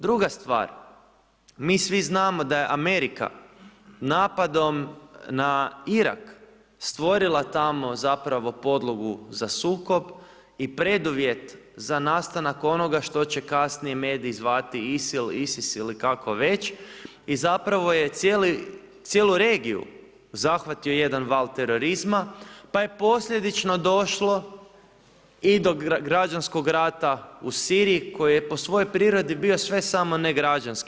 Druga stvar, mi svi znamo da je Amerika napadom na Irak, stvorila tamo, zapravo podlogu za sukob i preduvjet za nastanak onoga što će kasnije mediji zvati ISIL, ISIS ili kako već i zapravo je cijelu regiju zahvatio jedan val terorizma, pa je posljedično došlo i do građanskog rata u Siriji koji je po svojoj prirodi bio sve samo ne građanski.